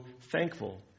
thankful